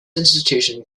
institution